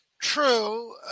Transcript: True